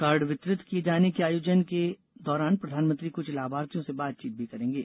card वितरित किए जाने के आयोजन के दौरान प्रधानमंत्री कुछ लाभार्थियों से बातचीत भी करेंगे